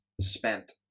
spent